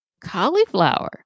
cauliflower